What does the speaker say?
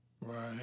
Right